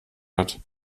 hat